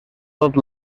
tot